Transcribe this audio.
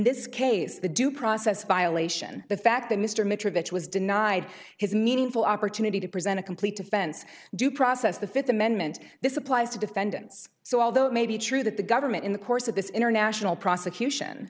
this case the due process violation the fact that mr mitchell was denied his meaningful opportunity to present a complete defense due process the fifth amendment this applies to defendants so although it may be true that the government in the course of this international prosecution